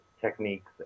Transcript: techniques